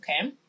Okay